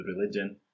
religion